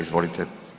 Izvolite.